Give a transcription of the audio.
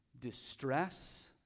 distress